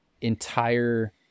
entire